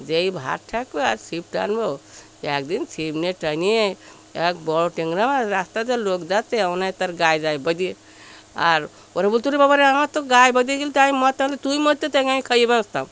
যেই ভার ঠেকবে আর ছিপ টানব একদিন ছিপ নিয়ে টেনে এক বড় ট্যাংরা মাছ রাস্তা দিয়ে লোক যাচ্ছে ওনার তার গায়ে যেয়ে বাজে আর ওরে বল তো ওরে বাবা আমার তো গায়ে বেজে গেল তো আমি মরতাম আমি বললাম তুই মরতি আমি খেয়ে বাঁচতাম